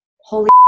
holy